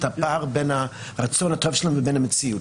הפער בין הרצון הטוב שלהם לבין המציאות.